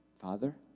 Father